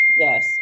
yes